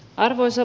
arvoisa